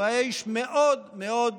הוא היה איש מאוד מאוד מאמין,